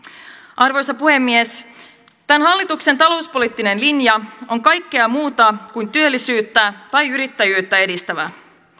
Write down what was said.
arvoisa puhemies tämän hallituksen talouspoliittinen linja on kaikkea muuta kuin työllisyyttä tai yrittäjyyttä edistävä